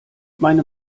meine